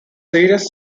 serious